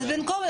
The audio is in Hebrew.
אז במקום,